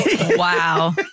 wow